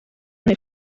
and